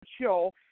show